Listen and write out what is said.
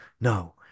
no